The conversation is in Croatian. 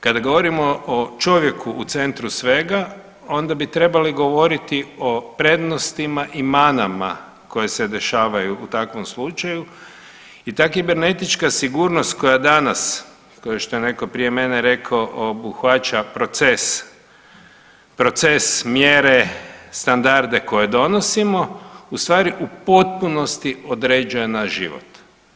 Kada govorimo o čovjeku u centru svega, onda bi trebali govoriti o prednostima i manama koje se dešavaju u takvom slučaju i ta kibernetička sigurnost koja danas, kao što je netko prije mene rekao obuhvaća proces mjere, standarde koje donosimo u stvari u potpunosti određuje naš život.